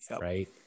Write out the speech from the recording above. right